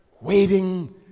waiting